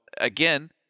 again